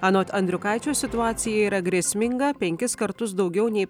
anot andriukaičio situacija yra grėsminga penkis kartus daugiau nei